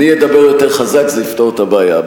אני אדבר יותר חזק, זה יפתור את הבעיה.